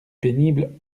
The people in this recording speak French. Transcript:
pénible